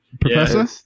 Professor